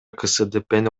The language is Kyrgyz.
ксдпны